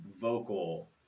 vocal